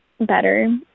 better